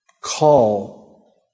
call